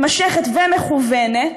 מתמשכת ומכוונת,